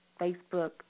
Facebook